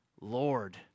Lord